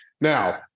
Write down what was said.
Now